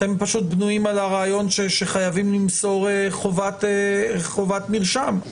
אתם בנויים על הרעיון שחייבים למסור חובת מרשם.